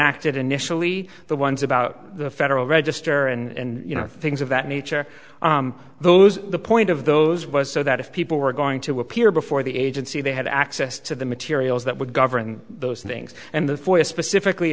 acted initially the ones about the federal register and you know things of that nature those the point of those was so that if people were going to appear before the agency they had access to the materials that would govern those things and therefore specifically